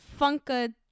Funka